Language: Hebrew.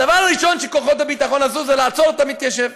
הדבר הראשון שכוחות הביטחון עשו זה לעצור את המתיישב,